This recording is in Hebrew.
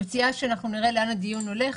אני מציעה שנראה לאן הדיון הולך,